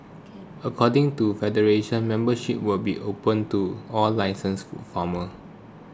according to federation membership will be opened to all licensed food farmers